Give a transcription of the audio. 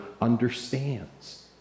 understands